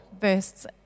verses